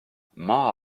maa